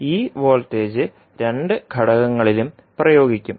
ഈ വോൾട്ടേജ് രണ്ട് ഘടകങ്ങളിലും പ്രയോഗിക്കും